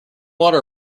water